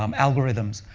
um algorithms.